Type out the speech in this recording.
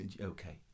Okay